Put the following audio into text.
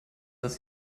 was